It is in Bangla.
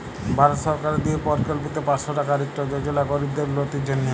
ভারত সরকারের দিয়ে পরকল্পিত পাঁচশ টাকার ইকট যজলা গরিবদের উল্লতির জ্যনহে